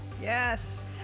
Yes